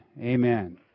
Amen